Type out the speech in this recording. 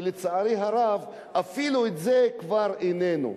ולצערי הרב אפילו זה כבר איננו.